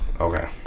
Okay